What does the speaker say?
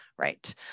Right